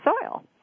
soil